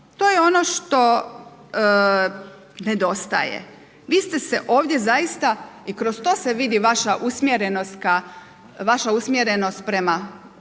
to je ono što nedostaje. Vi ste se ovdje zaista i kroz to se vidi vaša usmjerenost prema